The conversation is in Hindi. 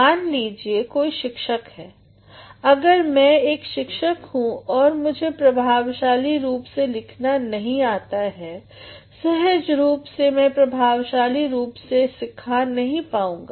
मान लीजिये कोई शिक्षक है अगर मै एक शिक्षक हूँ और मुझे प्रभावशाली रूप से लिखना नहीं आता है सहज रूप से मै प्रभावशाली रूप से सिखा नहीं पाउँगा